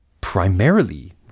primarily